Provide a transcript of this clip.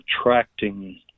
attracting